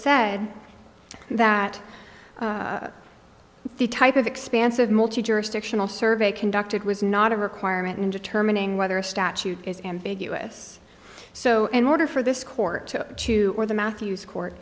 said that the type of expansive multi jurisdictional survey conducted was not a requirement in determining whether a statute is ambiguous so in order for this court to two or the matthews court